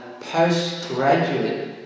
postgraduate